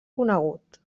conegut